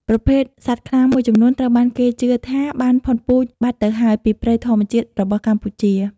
ប្រភេទសត្វខ្លាមួយចំនួនត្រូវបានគេជឿថាបានផុតពូជបាត់ទៅហើយពីព្រៃធម្មជាតិរបស់កម្ពុជា។